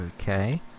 Okay